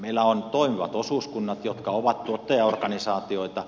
meillä on toimivat osuuskunnat jotka ovat tuottajaorganisaatioita